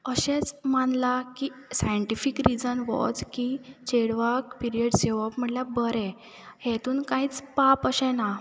अशेंच मानलां की सायंटिफीक रिजन होच की चेडवाक पिरयड्स येवप म्हणल्यार बरें हेतून कांयच पाप अशें ना